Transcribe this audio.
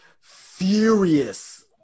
furious